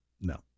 No